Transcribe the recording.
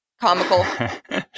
comical